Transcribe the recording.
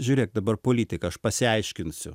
žiūrėk dabar politiką aš pasiaiškinsiu